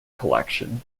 collection